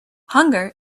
hunger